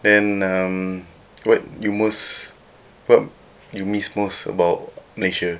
then um what you most what you miss most about malaysia